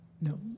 No